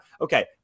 Okay